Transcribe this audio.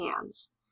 hands